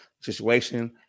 situation